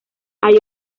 ahí